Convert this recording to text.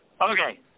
Okay